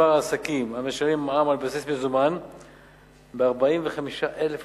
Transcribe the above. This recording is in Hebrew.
מספר העסקים המשלמים מע"מ על בסיס מזומן ב-45,000 עוסקים,